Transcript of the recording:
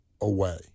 away